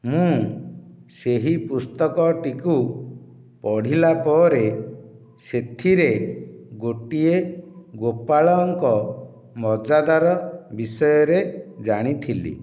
ମୁଁ ସେହି ପୁସ୍ତକ ଟିକୁ ପଢ଼ିଲା ପରେ ସେଥିରେ ଗୋଟିଏ ଗୋପାଳଙ୍କ ମଜାଦାର ବିଷୟରେ ଜାଣିଥିଲି